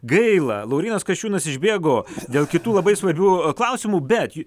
gaila laurynas kasčiūnas išbėgo dėl kitų labai svarbių klausimų bet